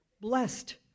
Blessed